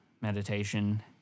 meditation